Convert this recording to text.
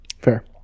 Fair